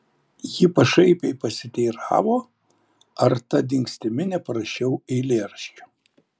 ji pašaipiai pasiteiravo ar ta dingstimi neparašiau eilėraščio